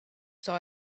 saw